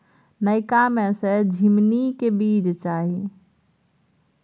नयका में से झीमनी के बीज चाही?